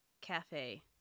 cafe